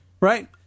right